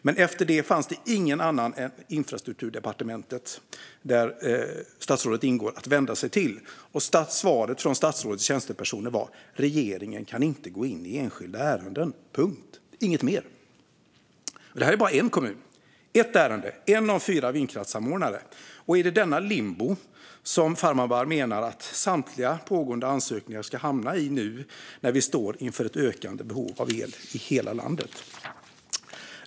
Men efter det fanns det ingen annan än Infrastrukturdepartementet, där statsrådet ingår, att vända sig till. Svaret från statsrådets tjänstepersoner var att regeringen inte kan gå in i enskilda ärenden - inget mer. Detta är bara en kommun, ett ärende och en av de fyra vindkraftssamordnarna. Är det detta limbo som Farmanbar menar att samtliga pågående ansökningar ska hamna i nu när vi står inför ett ökande behov av el i hela landet?